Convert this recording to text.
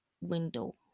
window